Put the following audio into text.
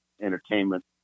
entertainment